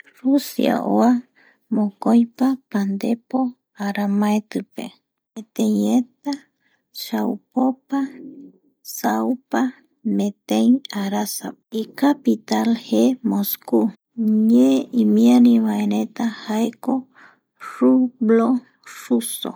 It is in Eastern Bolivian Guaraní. Rusia oa mokoipa pandepo aramaetipe metei eta chaupopa saupa metei arasa icapital je moscu ñee imiarivaereta jaeko Rublo ruso